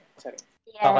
sorry